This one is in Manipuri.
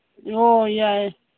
ꯑꯣ ꯌꯥꯏ